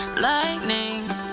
lightning